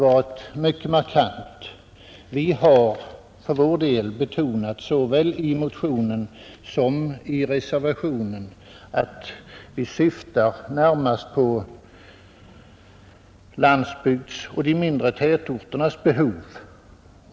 Vi har för vår del betonat såväl i motionen som i reservationen att vi närmast syftar på landsbygdens och de mindre tätorternas behov.